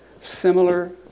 similar